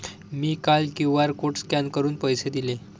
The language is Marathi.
मी काल क्यू.आर कोड स्कॅन करून पैसे दिले